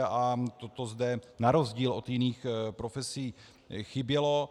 A toto zde na rozdíl od jiných profesí chybělo.